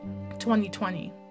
2020